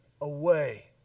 away